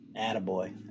Attaboy